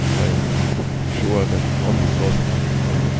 i'm sure that only god can